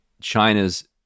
China's